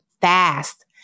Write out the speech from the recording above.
fast